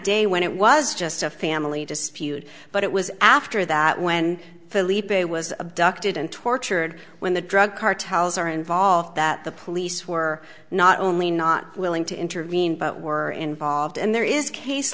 day when it was just a family dispute but it was after that when philippe was abducted and tortured when the drug cartels are involved that the police were not only not willing to intervene but were involved and there is case